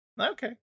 okay